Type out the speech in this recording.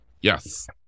Yes